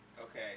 Okay